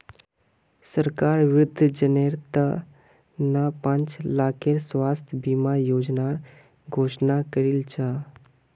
सरकार वृद्धजनेर त न पांच लाखेर स्वास्थ बीमा योजनार घोषणा करील छ